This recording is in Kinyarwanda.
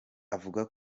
avuga